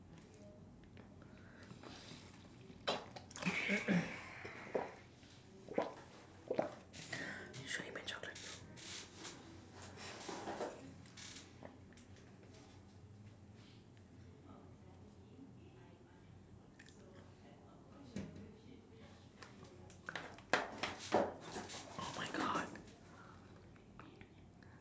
should I eat my chocolate oh my god